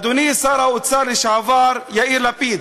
אדוני שר האוצר לשעבר יאיר לפיד,